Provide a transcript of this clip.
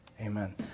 Amen